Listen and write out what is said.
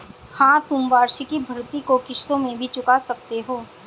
हाँ, तुम वार्षिकी भृति को किश्तों में भी चुका सकते हो